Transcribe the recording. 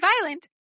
violent